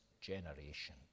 generation